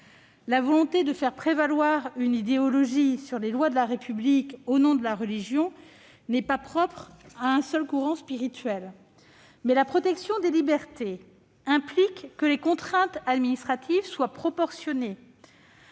La volonté de faire prévaloir une idéologie sur les lois de la République au nom de la religion n'est pas propre à un seul courant spirituel, mais la protection des libertés implique que les contraintes administratives soient proportionnées